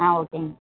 ஆ ஓகேங்க